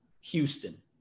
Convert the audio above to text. Houston